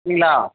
சரிங்களா